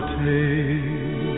take